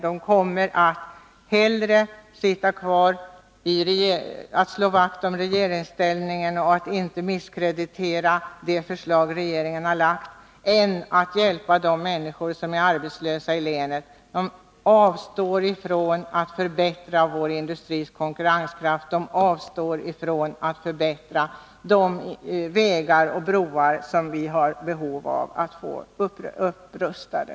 De kommer hellre att slå vakt om regeringsställningen och att inte misskreditera det förslag som regeringen har lagt fram än att hjälpa de människor som är arbetslösa i länet. De avstår från att förbättra vår industris konkurrenskraft och från att förbättra de vägar och broar som vi har behov av att få upprustade.